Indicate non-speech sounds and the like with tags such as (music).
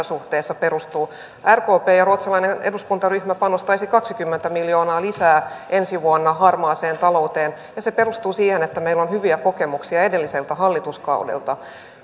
(unintelligible) suhteessa perustuvat rkp ja ruotsalainen eduskuntaryhmä panostaisimme kaksikymmentä miljoonaa lisää ensi vuonna harmaaseen talouteen ja se perustuu siihen että meillä on hyviä kokemuksia edelliseltä hallituskaudelta